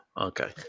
okay